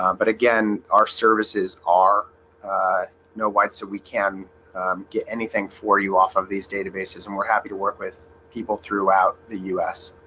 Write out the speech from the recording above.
um but again our services are no white so we can get anything for you off of these databases and we're happy to work with people throughout the u s